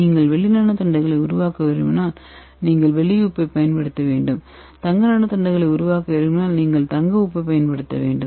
நீங்கள் வெள்ளி நானோ தண்டுகளை உருவாக்க விரும்பினால் நீங்கள் ஒரு வெள்ளி உப்பைப் பயன்படுத்த வேண்டும் தங்க நானோ தண்டுகளை உருவாக்க விரும்பினால் நீங்கள் ஒரு தங்க உப்பைப் பயன்படுத்த வேண்டும்